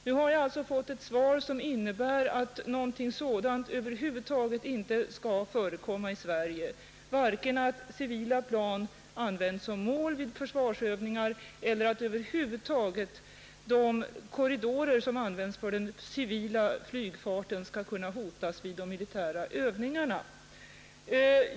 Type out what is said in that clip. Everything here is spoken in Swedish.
Nu har jag fått ett svar som innebär att det inte alls skulle förekomma i Sverige vare sig att civila plan används som mål vid försvarsövningar eller att över huvud taget flygfarten i de korridorer som används för den civila flygfarten skulle kunna hotas vid de militära övningarna.